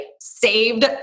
saved